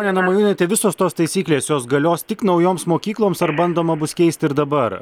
ponia namajūnaite visos tos taisyklės jos galios tik naujoms mokykloms ar bandoma bus keisti ir dabar